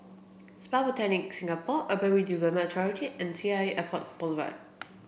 Spa Botanic Singapore Urban Redevelopment Authority and T l Airport Boulevard